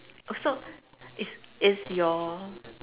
so is is your